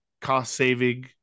cost-saving